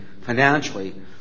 financially